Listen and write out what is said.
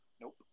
Nope